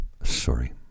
sorry